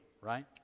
right